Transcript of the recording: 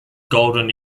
golden